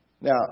Now